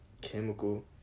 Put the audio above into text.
chemical